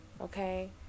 okay